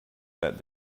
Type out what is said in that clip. that